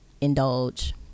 indulge